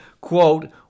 quote